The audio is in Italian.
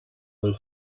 del